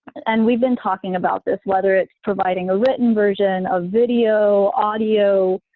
and we've been talking about this whether it's providing a written version, a video, audio